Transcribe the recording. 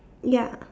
ya